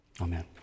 Amen